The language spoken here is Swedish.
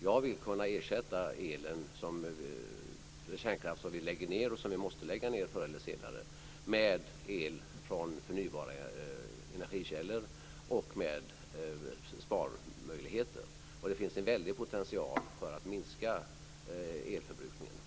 Jag vill kunna ersätta den kärnkraft som vi lägger ned, och som vi måste lägga ned förr eller senare, med el från förnybara energikällor och med elhushållning. Det finns en väldig potential för att minska elförbrukningen.